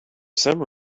some